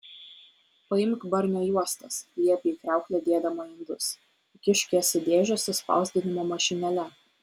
paimk barnio juostas liepė į kriauklę dėdama indus įkišk jas į dėžę su spausdinimo mašinėle